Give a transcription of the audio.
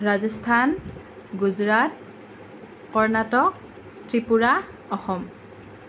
Rajasthan Gujarat Karnataka Tripura Assam